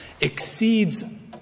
exceeds